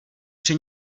při